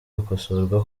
gukosorwa